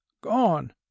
Gone